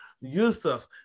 Yusuf